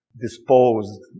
disposed